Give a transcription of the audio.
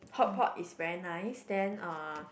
hotpot is very nice then uh